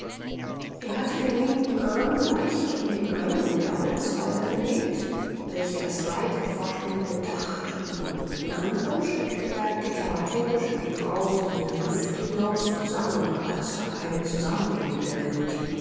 er hatte den linken arm leicht um den einen der holzpfeiler gelegt welche das weit hervorspringende dach trugen den anderen streckte er deklamatorisch in die brausenden lüfte hinaus und sang aber es war keine zusammenhängende melodie